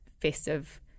festive